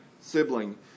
sibling